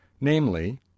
namely